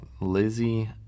Lizzie